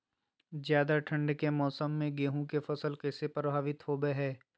ज्यादा ठंड के मौसम में गेहूं के फसल कैसे प्रभावित होबो हय?